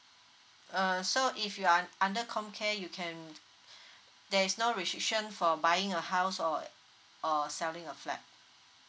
uh so if you are under comcare you can there's no restriction for buying a house or or selling a flat